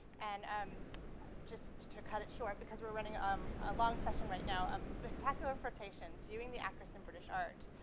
and um just to to cut it short because we're running um a long session right now, um spectacular flirtations viewing the actress in british art.